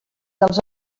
dels